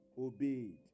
obeyed